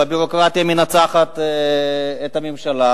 והביורוקרטיה מנצחת את הממשלה,